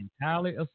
entirely